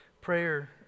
Prayer